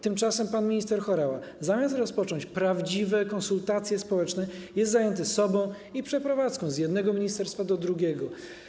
Tymczasem pan minister Horała, zamiast rozpocząć prawdziwe konsultacje społeczne, jest zajęty sobą i przeprowadzką z jednego ministerstwa do drugiego.